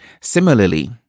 Similarly